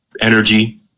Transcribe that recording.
energy